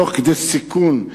תוך סיכון,